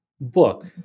book